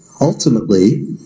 ultimately